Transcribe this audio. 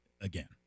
again